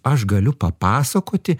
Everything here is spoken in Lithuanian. aš galiu papasakoti